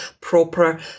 proper